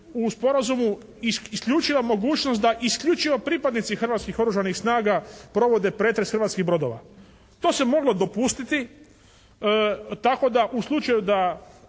u sporazumu isključiva mogućnost da isključivo pripadnici Hrvatskih oružanih snaga provode pretres hrvatskih brodova. To se moglo dopustiti tako da u slučaju da